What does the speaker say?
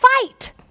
fight